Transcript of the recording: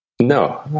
no